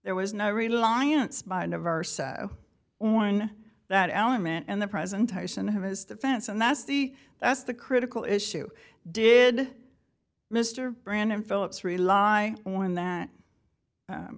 there was no reliance by i never said one that element and the present tyson have his defense and that's the that's the critical issue did mr brandon phillips rely on that